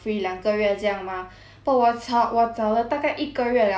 but 我找我找了大概一个月 liao 还是找不到 sia